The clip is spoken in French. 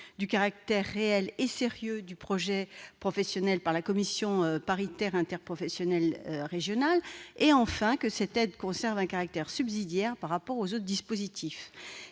du caractère réel et sérieux du projet professionnel par la commission paritaire régionale interprofessionnelle. En outre, il faudra que cette aide conserve un caractère subsidiaire par rapport aux autres dispositifs.